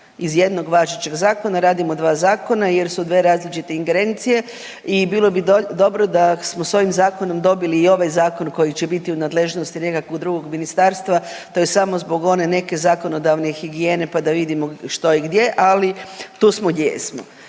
Iz jednog važećeg zakona radimo dva zakona jer su dvije različite ingerencije i bilo bi dobro da smo s ovim zakonom dobili i ovaj zakon koji će biti u nadležnosti nekakvog drugog ministarstva. To je samo zbog one neke zakonodavne higijene pa da vidimo što je gdje ali tu smo gdje jesmo.